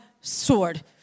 sword